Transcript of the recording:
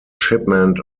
shipment